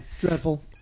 dreadful